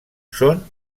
són